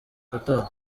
qatar